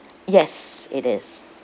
yes it is